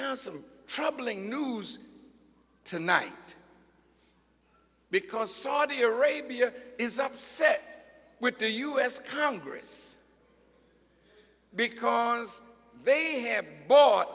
and some troubling news tonight because saudi arabia is upset with the u s congress because they have bought